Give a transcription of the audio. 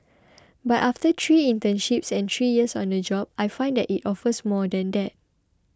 but after three internships and three years on the job I find that it offers more than that